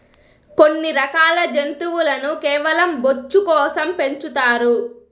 కొన్ని రకాల జంతువులను కేవలం బొచ్చు కోసం పెంచుతారు